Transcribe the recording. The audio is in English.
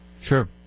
Sure